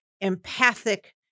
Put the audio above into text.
empathic